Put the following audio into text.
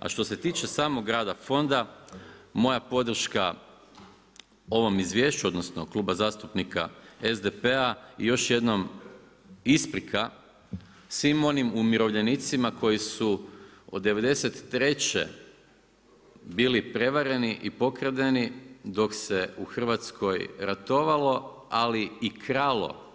A što se tiče samog rada fonda moja podrška ovom izvješću, odnosno Kluba zastupnika SDP-a i još jednom isprika svim onim umirovljenicima koji su od '93. bili prevareni i pokradeni dok se u Hrvatskoj ratovalo ali i kralo